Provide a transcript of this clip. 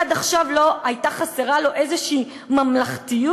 עד עכשיו הייתה חסרה לו איזושהי ממלכתיות?